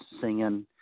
singing